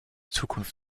zukunft